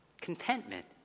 Contentment